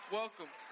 welcome